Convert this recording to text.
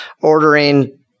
ordering